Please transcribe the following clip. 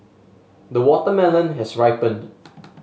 the watermelon has ripened